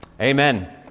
Amen